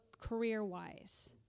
career-wise